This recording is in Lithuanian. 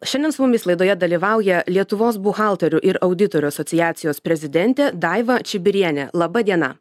šiandien su mumis laidoje dalyvauja lietuvos buhalterių ir auditorių asociacijos prezidentė daiva čibirienė laba diena